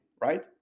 right